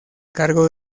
cargo